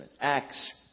Acts